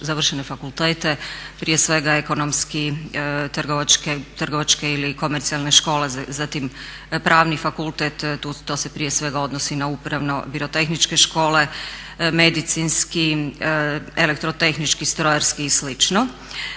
završene fakultete prije svega ekonomski, trgovačke ili komercijalne škole, zatim Pravni fakultet. To se prije svega odnosi na upravno-birotehničke škole, medicinski, elektrotehnički, strojarski i